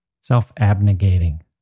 self-abnegating